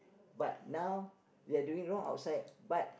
but now they are doing wrong outside but